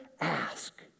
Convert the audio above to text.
ask